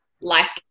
life